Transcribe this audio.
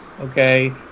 Okay